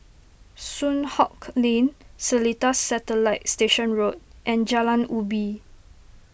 Soon Hock Lane Seletar Satellite Station Road and Jalan Ubi